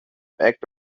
act